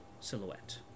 silhouette